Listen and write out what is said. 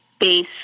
base